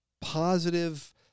positive